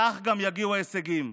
כך גם יגיעו ההישגים.